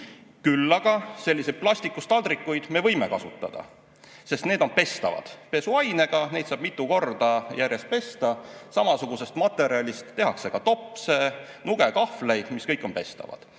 Küll aga plastikust taldrikuid me võime kasutada, sest need on pestavad. Pesuainega saab neid mitu korda järjest pesta. Samasugusest materjalist tehakse topse, nuge, kahvleid, mis kõik on pestavad.